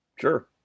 Sure